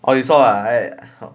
oh you saw ah eh